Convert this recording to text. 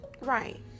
right